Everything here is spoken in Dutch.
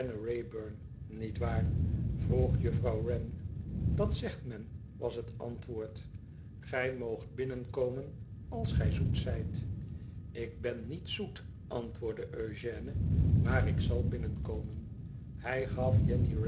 niet waar vroeg juffrouw wren dat zegt men was het antwoord gij moogt binnenkomen als gij zoet zijt fik ben niet zoet antwoordde eugène maar ik zal binnenkomen hij gaf